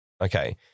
Okay